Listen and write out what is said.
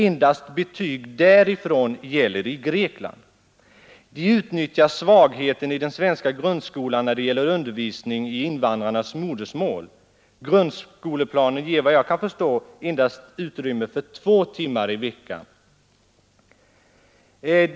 Endast betyg därifrån gäller i Grekland De utnyttjar svagheten i den svenska grundskolan när det gäller undervisning i invandrarnas modersmål. Grundskoleplanen ger, efter vad jag kan förstå, endast utrymme för två timmar i veckan.